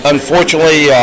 Unfortunately